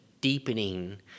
deepening